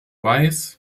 weiß